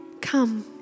Come